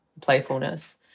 playfulness